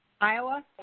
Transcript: Iowa